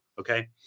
okay